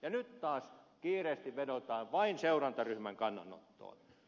nyt taas kiireesti vedotaan vain seurantaryhmän kannanottoon